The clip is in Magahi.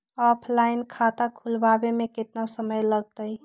ऑफलाइन खाता खुलबाबे में केतना समय लगतई?